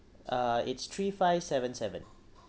uh it's three five seven seven